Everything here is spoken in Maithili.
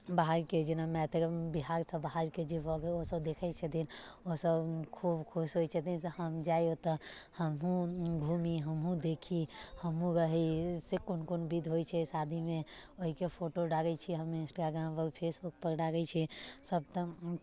बाहरके जेना मैथिल बिहारसँ बाहरके जे भऽ गेल ओसभ देखै छथिन ओसभ खूब खुश होइ छथिन से हम जाय ओतय हमहूँ घूमी हमहूँ देखी हमहूँ रही से कोन कोन विध होइत छै शादीमे ओहिके फोटो डालैत छियै हम इन्सटाग्राम फेसबुकपर डालै छी सभ तऽ